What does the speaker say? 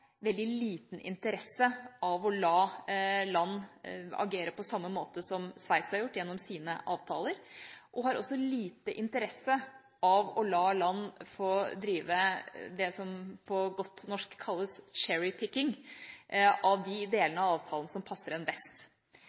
veldig liten interesse av å la land agere på samme måte som Sveits har gjort gjennom sine avtaler, og har også liten interesse av å la land få drive med det som på godt norsk kalles «cherry picking» av de delene av avtalen som passer dem best.